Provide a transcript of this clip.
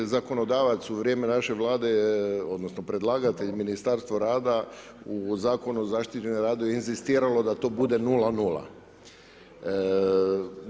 Zakonodavac u vrijeme naše vlade odnosno predlagatelj Ministarstvo rada u Zakonu o zaštiti na radu inzistiralo da to bude 0,0.